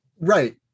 Right